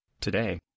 Today